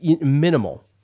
minimal